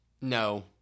No